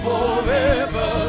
forever